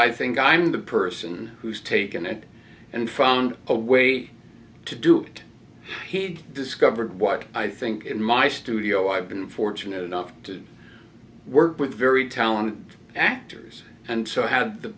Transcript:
i think i'm the person who's taken it and found a way to do it he'd discovered what i think in my studio i've been fortunate enough to work with very talented actors and so i had the